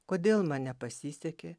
kodėl man nepasisekė